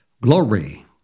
glory